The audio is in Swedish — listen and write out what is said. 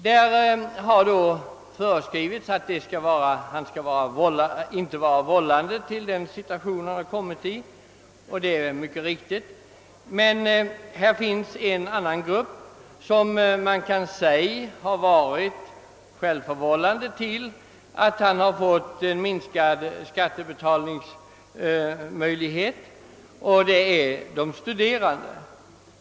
Det föreskrivs alltså att vederbörande inte skall vara vållande till den situation han kommit i. Detta är naturligtvis helt riktigt. Men det finns en grupp som på sätt och vis kan sägas ha varit självförvållande till sin nedsatta skattebetalningsförmåga, och det är de studerande.